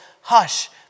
Hush